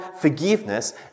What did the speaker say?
forgiveness